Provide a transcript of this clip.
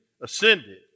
ascended